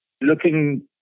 looking